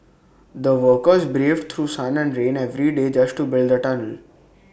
the workers braved through sun and rain every day just to build the tunnel